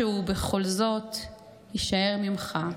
/ משהו, בכל זאת, יישאר ממך".